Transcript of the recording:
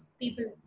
people